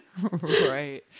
Right